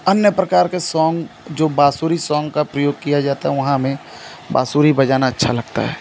अन्य प्रकार के सॉन्ग जो बांसुरी सॉन्ग का प्रयोग किया जाता है वहाँ हमें बांसुरी बजाना अच्छा लगता है